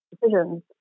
decisions